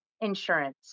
insurance